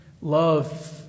love